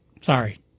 Sorry